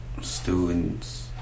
students